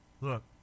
Look